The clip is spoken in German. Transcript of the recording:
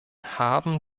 haben